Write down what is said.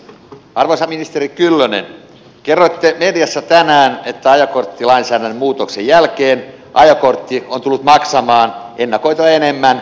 arvoisa ministeri kyllönen kerroitte mediassa tänään että ajokorttilainsäädännön muutoksen jälkeen ajokortti on tullut maksamaan ennakoitua enemmän